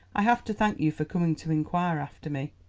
i have to thank you for coming to inquire after me.